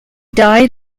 died